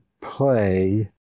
play